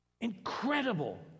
Incredible